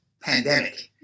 pandemic